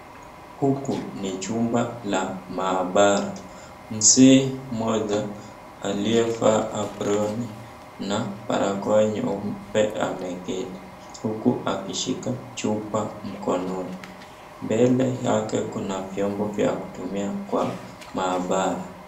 Huku ni chumba cha mahabara. Mzee mmoja aliyavaa ambroni na barakoa nyeupe ameketi huku akishika chupa mkononi. Mbele yake kuna vyombo vya kutumia kwa mahabara.